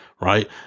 right